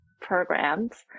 programs